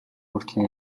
хурлын